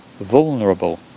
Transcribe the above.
vulnerable